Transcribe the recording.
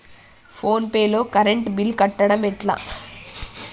Phone pay లో current bill కట్టడం ఎట్లా?